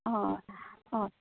हां